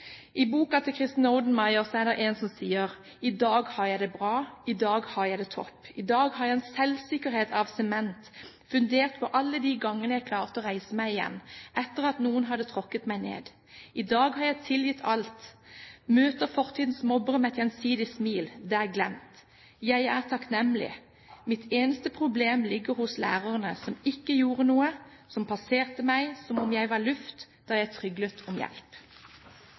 I boka til Kristin Oudmayer er det en mobbeoverlever som sier: «I dag har jeg det bra. I dag har jeg det topp! I dag har jeg en selvsikkerhet av sement, fundert på alle de gangene jeg klarte å reise meg igjen etter at noen hadde tråkket meg ned. I dag har jeg tilgitt alt, møter fortidens mobbere med et gjensidig smil – det er glemt. Jeg er takknemlig. Mitt eneste problem ligger hos lærerne. Som ikke gjorde noe. Som passerte meg som om jeg var luft da jeg tryglet om hjelp.»